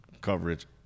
coverage